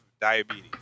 diabetes